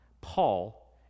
Paul